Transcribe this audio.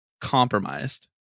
compromised